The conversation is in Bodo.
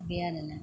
बे आरोना